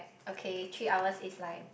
okay three hours is like